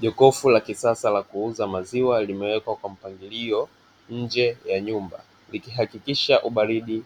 Jokofu la kisasa la kuuza maziwa limewekwa kwa mpangilio nje ya nyumba ikihakikisha ubaridi,